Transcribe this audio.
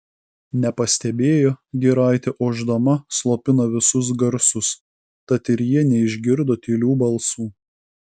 nepastebėjo giraitė ošdama slopina visus garsus tad ir jie neišgirdo tylių balsų